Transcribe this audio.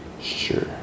Sure